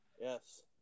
Yes